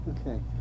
Okay